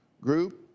group